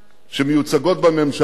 שמיוצגות בממשלה,